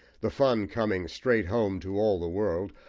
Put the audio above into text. the fun coming straight home to all the world,